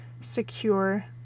secure